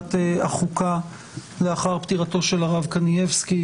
ועדת החוקה לאחר פטירתו של הרב קנייבסקי.